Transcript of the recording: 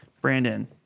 Brandon